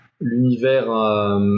l'univers